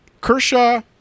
Kershaw